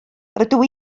rydw